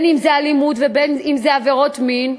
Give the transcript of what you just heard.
אם זה אלימות ואם זה עבירות מין,